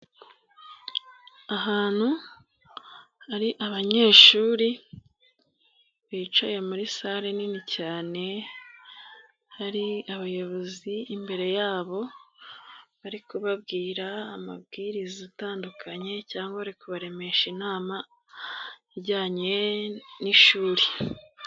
Ahantu hari abanyeshuri bicaye muri sare nini cyane hari abayobozi imbere yabo bari kubabwira amabwiriza atandukanye cyangwa bari kubaremesha inama ijyanye n'ishuri.